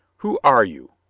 who are you?